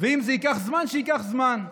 ואם זה ייקח זמן, שייקח זמן.